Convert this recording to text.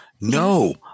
No